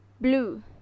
blue